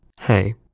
Hey